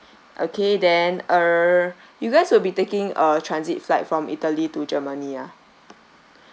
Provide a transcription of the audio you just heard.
okay then err you guys will be taking a transit flight from italy to germany ah